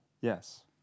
Yes